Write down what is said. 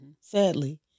Sadly